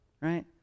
Right